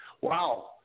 Wow